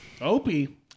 Opie